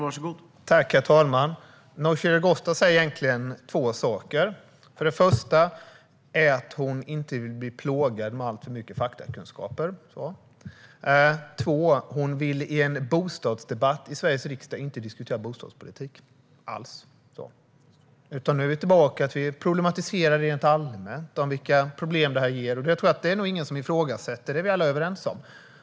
Herr talman! Nooshi Dadgostar säger egentligen två saker. För det första vill hon inte bli plågad med alltför mycket faktakunskaper. För det andra vill hon i en bostadsdebatt i Sveriges riksdag inte diskutera bostadspolitik, alls. Nu är vi tillbaka i att problematisera rent allmänt om vilka problem detta ger. Det är det ingen som ifrågasätter, utan där är vi nog alla överens.